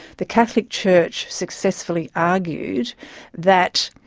the catholic church successfully argued that,